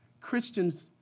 Christians